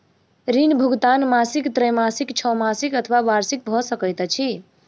ऋण भुगतान मासिक त्रैमासिक, छौमासिक अथवा वार्षिक भ सकैत अछि